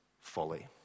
folly